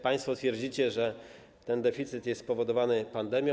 Państwo twierdzicie, że ten deficyt jest spowodowany pandemią.